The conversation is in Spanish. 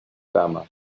cama